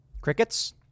Crickets